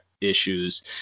issues